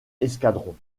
escadrons